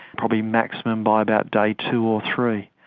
probably maximum by about day two or three,